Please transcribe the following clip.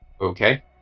Okay